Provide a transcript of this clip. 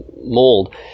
mold